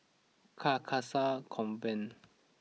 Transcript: Carcasa Convent